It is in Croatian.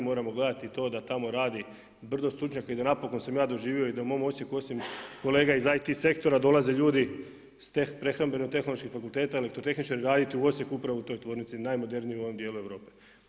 Moramo gledati i to da tamo radi brdo stručnjaka i da napokon sam ja doživio i da u mom Osijeku osim kolege iz IT sektora dolaze ljudi sa prehrambeno tehnoloških fakulteta, elektrotehničari raditi u Osijeku upravo u toj tvornici, najmodernijom u ovom dijelu Europe.